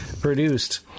produced